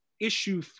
issue